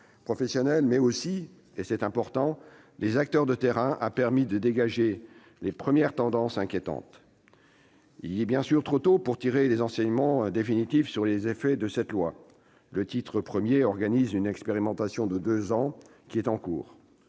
professionnels, mais aussi- ce point est important -des acteurs de terrain, a permis de dégager des premières tendances inquiétantes. Bien sûr, il est trop tôt pour tirer des enseignements définitifs sur les effets de cette loi ; ainsi, le titre I organise une expérimentation de deux ans qui est en cours.